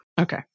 Okay